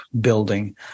building